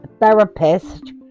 therapist